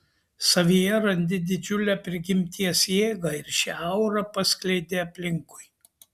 savyje randi didžiulę prigimties jėgą ir šią aurą paskleidi aplinkui